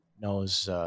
knows